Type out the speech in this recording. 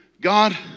God